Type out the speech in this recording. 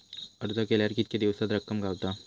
अर्ज केल्यार कीतके दिवसात रक्कम गावता?